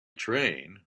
train